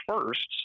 first